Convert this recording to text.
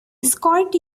escort